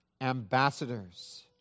ambassadors